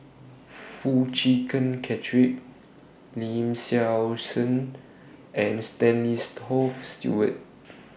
Foo Chee Keng Cedric Lee Seow Ser and Stanley's Toft Stewart